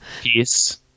Peace